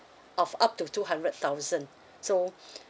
of up to two hundred thousand so